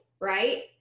right